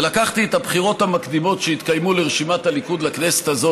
ולקחתי את הבחירות המקדימות שהתקיימו לכנסת הזאת,